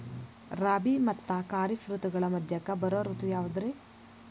ರಾಬಿ ಮತ್ತ ಖಾರಿಫ್ ಋತುಗಳ ಮಧ್ಯಕ್ಕ ಬರೋ ಋತು ಯಾವುದ್ರೇ?